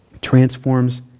transforms